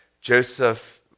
Joseph